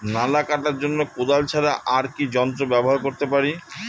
নালা কাটার জন্য কোদাল ছাড়া আর কি যন্ত্র ব্যবহার করতে পারি?